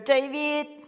David